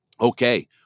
Okay